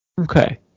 Okay